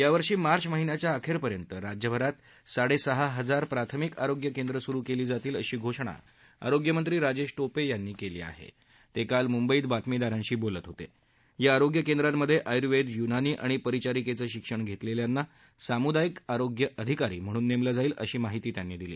यावर्षी मार्च महिन्याच्या अखप्रियंत राज्यभरात साडस्का हजार प्राथमिक आरोग्य केंद्र सुरु कली जातील अशी घोषणा आरोग्यमंत्री राजधीटोपविंनी कल्वी आहा अक्विल मुंबईत बातमीदारांशी बोलत होत आ आरोग्य केंद्रांमध्य क्रियूर्वेद यूनानी आणि परिचारिक्वि शिक्षण घटिमिखांना सामुदायिक आरोग्य अधिकारी म्हणून नक्किं जाईल अशी माहिती त्यांनी दिली